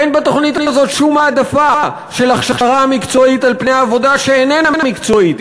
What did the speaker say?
אין בתוכנית הזאת שום העדפה של הכשרה מקצועית על עבודה שאיננה מקצועית,